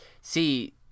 See